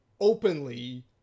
openly